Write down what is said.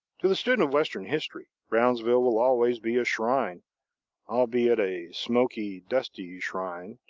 to the student of western history, brownsville will always be a shrine albeit a smoky, dusty shrine,